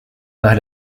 par